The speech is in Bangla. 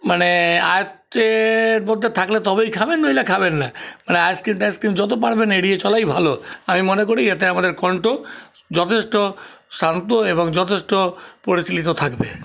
মানে আয়ত্তের মধ্যে থাকলে তবেই খাবেন নইলে খাবেন না মানে আইসক্রিম টাইসক্রিম যত পারবেন এড়িয়ে চলাই ভালো আমি মনে করি এতে আমাদের কন্ঠ যথেষ্ট শান্ত এবং যথেষ্ট পরিশীলিত থাকবে